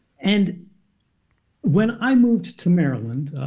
and when i moved to maryland,